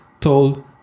told